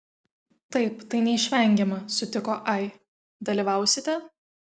taip tai neišvengiama sutiko ai dalyvausite